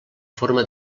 forma